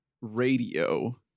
radio